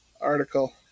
article